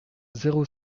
zéro